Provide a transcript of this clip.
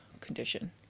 condition